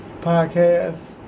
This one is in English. podcast